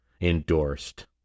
endorsed